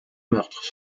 meurtres